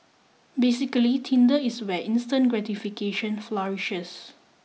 basically Tinder is where instant gratification flourishes